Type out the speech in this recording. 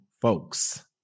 folks